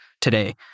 today